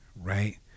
right